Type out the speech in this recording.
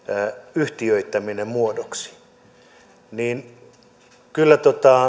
yhtiöittäminen muodoksi kyllä